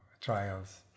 trials